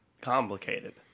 complicated